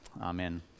Amen